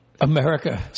America